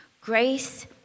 grace